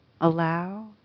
Allow